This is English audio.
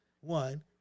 One